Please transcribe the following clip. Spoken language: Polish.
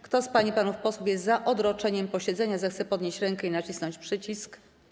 Kto z pań i panów posłów jest za odroczeniem posiedzenia, zechce podnieść rękę i nacisnąć przycisk.